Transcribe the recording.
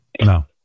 No